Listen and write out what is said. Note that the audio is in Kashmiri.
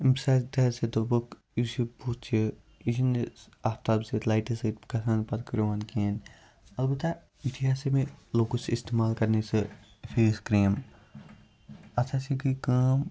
امہِ سۭتۍ ہَسا دوٚپُکھ یُس یہِ بُتھ چھُ یہِ چھُ نہٕ آفتاب سۭتۍ لایٹہِ سۭتۍ گَژھان پَتہٕ کرٛہُن کینٛہہ اَلبَتہ یُتھُے ہَسا بہٕ لوٚگُس سُہ اِستعمال کَرنہِ سُہ فیس کریٖم اتھ ہَسا گٔے کٲم